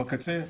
בקצה,